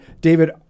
David